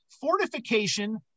Fortification